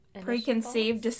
preconceived